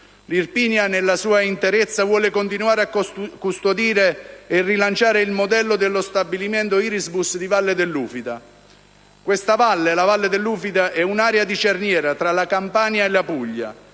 l'Irpinia nella sua interezza vuole continuare a custodire e rilanciare il modello dello stabilimento Irisbus di Valle dell'Ufita. La Valle dell'Ufita è un'area di cerniera tra la Campania e la Puglia